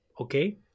okay